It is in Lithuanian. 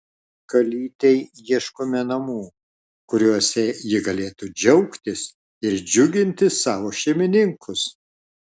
kalytei ieškome namų kuriuose ji galėtų džiaugtis ir džiuginti savo šeimininkus